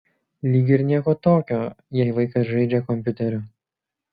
lyg ir nieko tokio jei vaikas žaidžia kompiuteriu